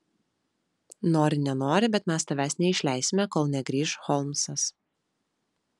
nori nenori bet mes tavęs neišleisime kol negrįš holmsas